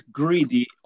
greedy